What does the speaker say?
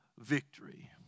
victory